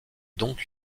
donc